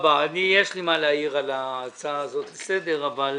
-- יש פירות על העצים, עשו שטחים סגורים.